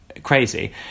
crazy